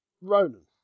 Ronan